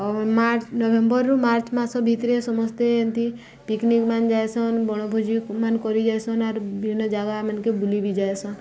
March ନଭେମ୍ବର୍ରୁ March ମାସ ଭିତରେ ସମସ୍ତେ ଏମତି ପିକନିକ୍ମାନ ଯାଏସନ୍ ବଣଭୋଜିମାନ କରି ଯାସନ୍ ଆର୍ ବିଭିନ୍ନ ଜାଗାମାନ୍କେ ବୁଲି ବିି ଯାଏସନ୍